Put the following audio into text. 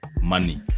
money